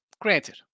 Granted